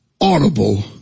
audible